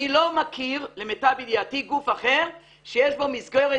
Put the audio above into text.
אני לא מכיר למיטב ידיעתי גוף אחר שיש בו מסגרת